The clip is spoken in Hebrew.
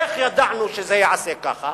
איך ידענו שזה ייעשה ככה?